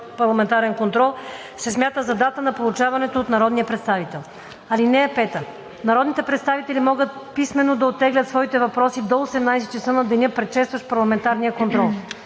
„Парламентарен контрол“ се смята за дата на получаването от народния представител. (5) Народните представители могат писмено да оттеглят своите въпроси до 18,00 ч. на деня, предшестващ парламентарния контрол.